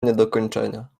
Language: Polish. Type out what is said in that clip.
niedokończenia